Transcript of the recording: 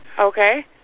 Okay